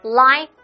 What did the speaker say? lie